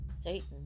Satan